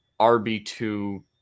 RB2